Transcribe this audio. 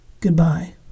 goodbye